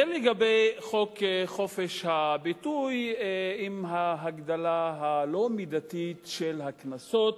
זה לגבי חוק חופש הביטוי עם ההגדלה הלא-מידתית של הקנסות,